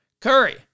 Curry